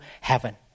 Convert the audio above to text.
heaven